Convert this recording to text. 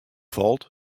falt